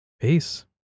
peace